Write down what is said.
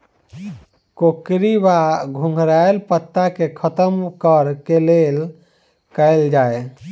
कोकरी वा घुंघरैल पत्ता केँ खत्म कऽर लेल की कैल जाय?